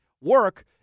work